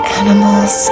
animals